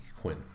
Quinn